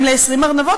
אם ל-20 ארנבות,